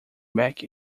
back